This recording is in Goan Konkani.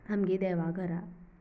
आमगें देवाघरां